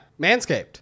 Manscaped